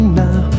now